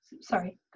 Sorry